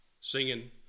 singing